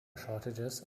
shortages